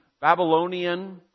Babylonian